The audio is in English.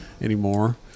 anymore